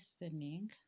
listening